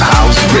House